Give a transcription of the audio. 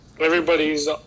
Everybody's